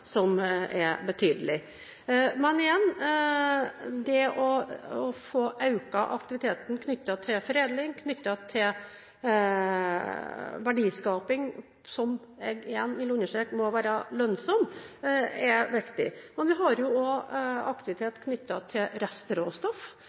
som er betydelig. Men igjen: Det er viktig å få økt aktiviteten knyttet til foredling – knyttet til verdiskaping – som jeg igjen vil understreke må være lønnsom, men vi har jo også aktivitet knyttet til restråstoff. Jeg har vært og